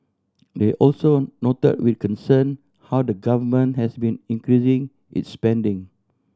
they also noted with concern how the Government has been increasing its spending